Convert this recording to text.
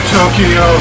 Tokyo